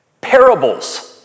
Parables